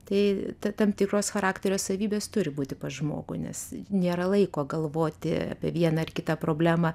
tai tam tikros charakterio savybės turi būti pas žmogų nes nėra laiko galvoti apie vieną ar kitą problemą